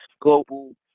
global